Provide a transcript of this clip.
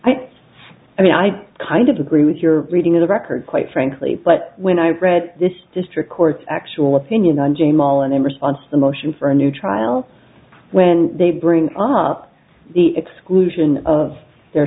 i i mean i kind of agree with your reading of the record quite frankly but when i read this district court actual opinion on jamal and in response the motion for a new trial when they bring up the exclusion of their